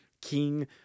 King